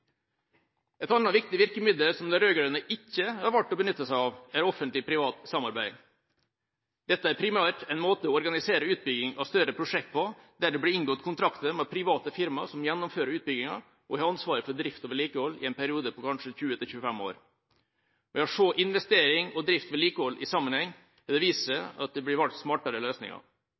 Et annet viktig virkemiddel som de rød-grønne har valgt ikke å benytte seg av, er Offentlig Privat Samarbeid. Dette er primært en måte å organisere utbygginga av større prosjekter på der det blir inngått kontrakter med private firmaer som gjennomfører utbygginga, og har ansvaret for drift og vedlikehold i en periode på kanskje 20–25 år. Ved å se investering og drift/vedlikehold i sammenheng har det vist seg at det blir valgt smartere løsninger.